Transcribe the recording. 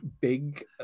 big